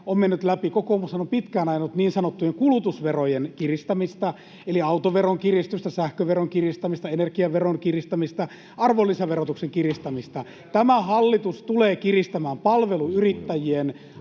on mennyt läpi. Kokoomushan on pitkään ajanut niin sanottujen kulutusverojen kiristämistä eli autoveron kiristystä, sähköveron kiristämistä, energiaveron kiristämistä, arvonlisäverotuksen kiristämistä. Tämä hallitus tulee kiristämään palveluyrittäjien